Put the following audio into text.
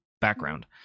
background